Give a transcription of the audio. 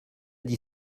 dit